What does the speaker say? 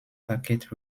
packet